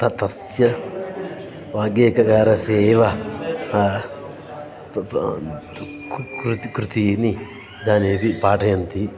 त तस्य वाग्येकगारस्य एव त् कृतीनि इदानीमपि पाठयन्ति